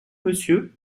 monsieur